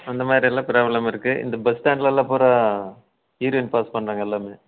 அந்தமாதிரியெல்லாம் ப்ராப்ளம் இருக்கு இந்த பஸ் ஸ்டாண்ட்லலாம் பூரா யூரின் பாஸ் பண்ணுறாங்க எல்லாருமே